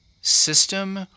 system